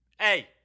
Hey